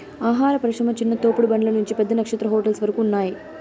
ఆహార పరిశ్రమ చిన్న తోపుడు బండ్ల నుంచి పెద్ద నక్షత్ర హోటల్స్ వరకు ఉన్నాయ్